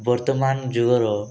ବର୍ତ୍ତମାନ ଯୁଗର